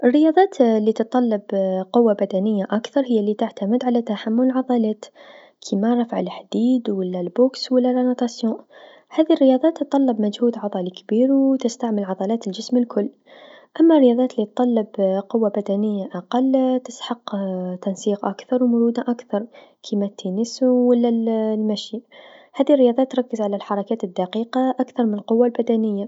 الرياضات لتطلب قوه بدنيه أكثر هي لتعتمد على تحمل العضلات كيما رفع الحديد و لا المصارعه و لا السباحة هذي الرياضات تتطلب مجهود عضلي كبير و تستعمل عضلات الجسم الكل أمل الرياضات لتطلب قوه بدنيه أقل تسحق تنسيق أكثر و مده أكثر كيما تنس و لا المشي، هذي الرياضات تركز على الحركات الدقيقه أكثر من القوه البدنيه.